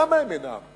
למה הם אינם?